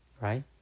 right